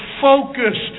focused